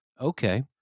okay